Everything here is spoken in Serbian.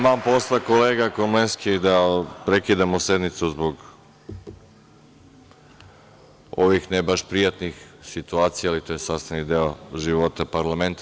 Taman posla kolega Komlenski, da prekidamo sednicu zbog ovih ne baš prijatnih situacija, ali to je sastavni deo života parlamenta.